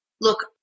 Look